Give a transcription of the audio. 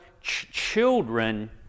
Children